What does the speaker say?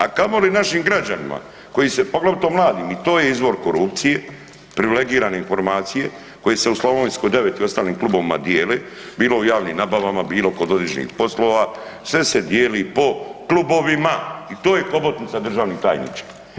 A kamoli našim građanima koji se, poglavito mladima i to je izvor korupcije, privilegirane informacije koje se u Slovenskoj 9 i ostalim klubovima dijele, bilo o javnim nabavama, bilo kod određenih poslova, sve se dijeli po klubovima i to je hobotnica, državni tajniče.